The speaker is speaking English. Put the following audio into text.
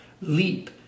leap